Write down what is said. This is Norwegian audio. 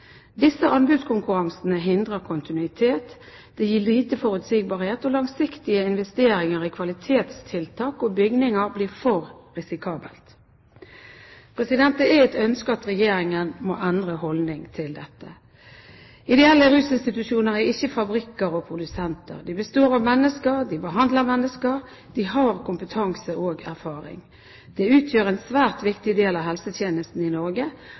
Disse anbudskonkurransene hindrer kontinuitet, det gir lite forutsigbarhet, og langsiktige investeringer i kvalitetstiltak og bygninger blir for risikabelt. Det er et ønske at Regjeringen må endre holdning til dette. Ideelle rusinstitusjoner er ikke fabrikker eller produsenter. De består av mennesker, de behandler mennesker, de har kompetanse og erfaring. De utgjør en svært viktig del av helsetjenesten i Norge,